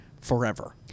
forever